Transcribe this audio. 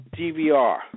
DVR